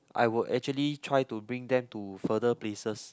I would actually try to bring them to further places